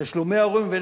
תשלומי הורים,